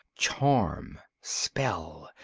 charm, spell,